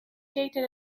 jayden